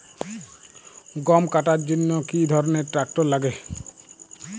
গম কাটার জন্য কি ধরনের ট্রাক্টার লাগে?